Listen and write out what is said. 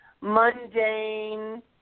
mundane